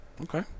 Okay